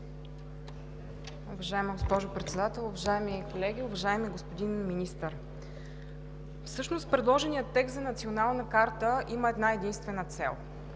Уважаема госпожо Председател, уважаеми колеги, уважаеми господин Министър! Всъщност предложеният текст за Национална карта има една-единствена цел.